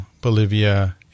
Bolivia